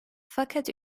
fakat